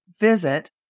visit